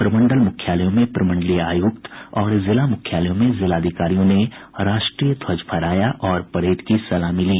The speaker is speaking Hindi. प्रमंडल मुख्यालयों में प्रमंडलीय आयुक्त और जिला मुख्यालयों में जिलाधिकारियों ने राष्ट्रीय ध्वज फहराया और परेड की सलामी ली